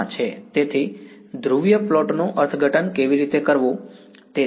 તેથી ધ્રુવીય પ્લોટનું અર્થઘટન કેવી રીતે કરવું તે છે